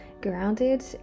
grounded